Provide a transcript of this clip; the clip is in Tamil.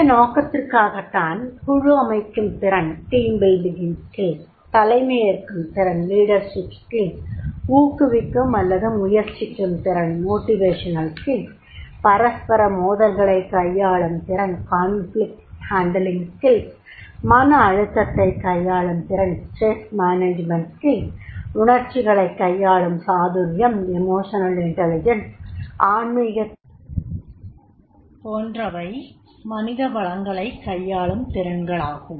இந்த நோக்கத்திற்காகத்தான் குழு அமைக்கும் திறன் தலைமையேற்கும் திறன் ஊக்குவிக்கும் அல்லது முயற்சிக்கும் திறன் பரஸ்பர மோதல்களைக் கையாளும் திறன் மன அழுத்ததைக் கையாளும் திறன் உணர்ச்சிகளைக் கையாளும் சாதுரியம் ஆன்மீகத்திறன் போன்றவை மனித வளங்களைக் கையாளும் திறன்களாகும்